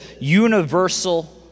universal